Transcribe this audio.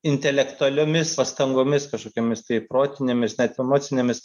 intelektualiomis pastangomis kažkokiomis tai protinėmis net emocinėmis